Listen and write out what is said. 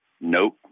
nope